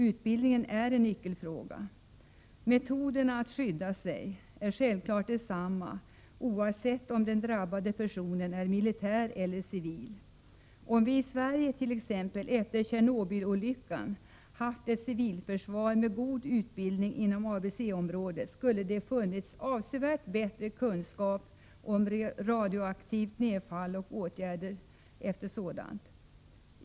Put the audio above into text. Utbildningen är en nyckelfråga. Metoderna att skydda sig är självklart desamma oavsett om den drabbade personen är militär eller civil. Om vi i Sverige, t.ex. efter Tjernobyl-olyckan, haft ett civilförsvar med god utbildning inom ABC-området skulle det funnits avsevärt bättre kunskap om radioaktivt nedfall och åtgärder efter sådant.